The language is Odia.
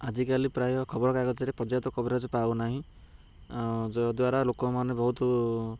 ଆଜିକାଲି ପ୍ରାୟ ଖବରକାଗଜରେ ପର୍ଯ୍ୟାପ୍ତ କଭରେଜ ପାଉ ନାହିଁ ଯଦ୍ୱାରା ଲୋକମାନେ ବହୁତ